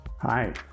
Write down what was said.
Hi